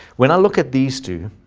when i look at these two,